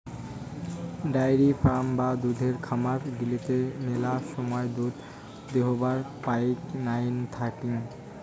dairy farm বা দুধের খামার গিলাতে মেলা সময় দুধ দোহাবার পাইপ নাইন থাকাং